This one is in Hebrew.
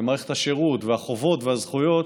מערכת השירות והחובות והזכויות,